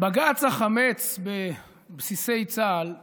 בג"ץ החמץ בבסיסי צה"ל חושף,